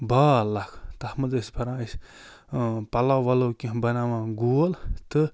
بال اکھ تَتھ منٛز ٲسۍ بَران أسۍ پَلو وَلو کیٚنٛہہ بناوان گول تہٕ